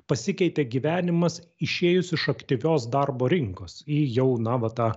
pasikeitė gyvenimas išėjus iš aktyvios darbo rinkos į jau na va tą